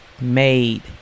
made